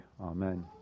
Amen